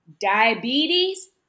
diabetes